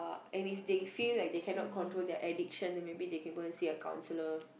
and if they feel like they cannot control their addiction then maybe they can like go and see a counsellor